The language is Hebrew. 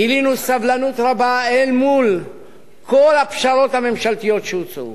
גילינו סבלנות רבה אל מול כל הפשרות הממשלתיות שהוצעו.